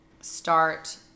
start